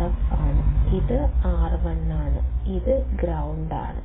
Rf ആണ് ഇത് R1 ആണ് ഇത് ഗ്രൌണ്ട് ആണ്